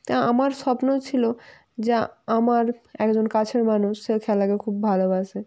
তা আমার স্বপ্ন ছিল যে আমার একজন কাছের মানুষ সে খেলাকে খুব ভালোবাসে